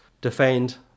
defend